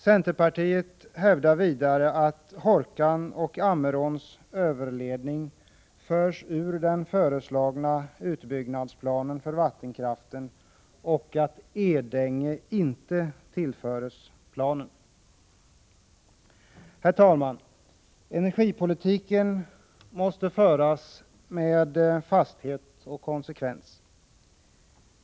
Centerpartiet hävdar vidare att Hårkan och Ammeråns överledning förs ut ur den föreslagna utbyggnadsplanen för vattenkraften och att Edänge inte tillförs planen. Herr talman! Energipolitiken måste föras med fasthet och konsekvens.